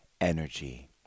energy